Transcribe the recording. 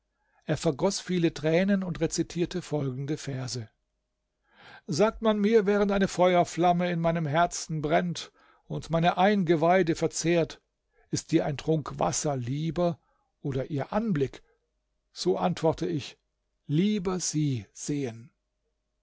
er vergoß viele tränen und rezitierte folgende verse sagt man mir während eine feuerflamme in meinem herzen brennt und meine eingeweide verzehrt ist dir ein trunk wasser lieber oder ihr anblick so antworte ich lieber sie sehen